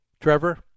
Trevor